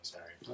Sorry